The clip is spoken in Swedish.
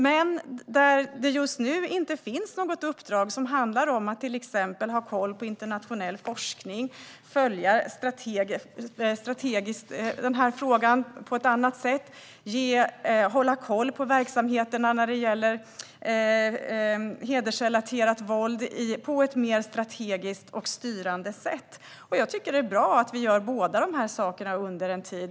Men där finns det just nu inte finns något uppdrag som handlar om att till exempel ha koll på internationell forskning, följa den här frågan strategiskt på ett annat sätt eller hålla koll på verksamheterna när det gäller hedersrelaterat våld på ett mer strategiskt och styrande sätt. Jag tycker att det är bra att vi gör båda de här sakerna under en tid.